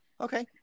Okay